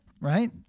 right